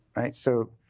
right? so